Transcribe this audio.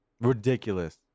Ridiculous